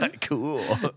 cool